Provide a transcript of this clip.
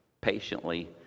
patiently